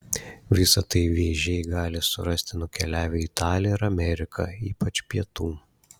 visa tai vėžiai gali surasti nukeliavę į italiją ar ameriką ypač pietų